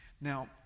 Now